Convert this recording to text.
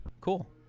Cool